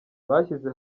byishyize